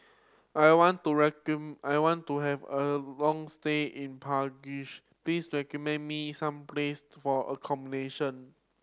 I want to I want to have a long stay in please recommend me some placed for accommodation